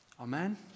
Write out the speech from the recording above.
Amen